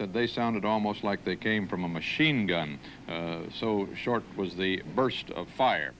said they sounded almost like they came from a machine gun so short it was the burst of fire